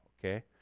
okay